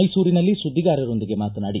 ಮೈಸೂರಿನಲ್ಲಿ ಸುದ್ದಿಗಾರರೊಂದಿಗೆ ಮಾತನಾಡಿ